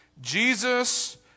Jesus